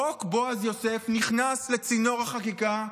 חוק בועז יוסף נכנס לצינור החקיקה,